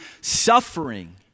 suffering